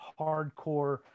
hardcore